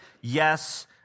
Yes